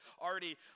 already